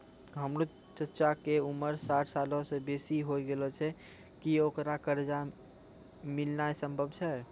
हमरो चच्चा के उमर साठ सालो से बेसी होय गेलो छै, कि ओकरा कर्जा मिलनाय सम्भव छै?